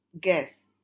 guess